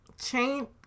Chain